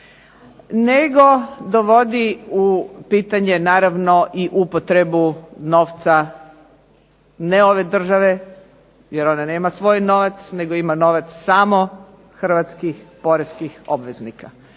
nego dovodi u pitanje naravno i upotrebu novca ne ove države, jer ona nema svoj novac nego ima novac samo hrvatskih poreskih obveznika.